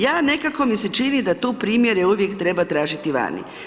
Ja nekako mi se čini, da tu primjere uvijek treba tražiti vani.